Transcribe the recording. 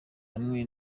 hamwe